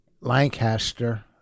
Lancaster